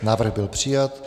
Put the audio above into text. Návrh byla přijat.